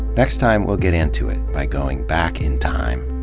next time we ll get into it, by going back in time.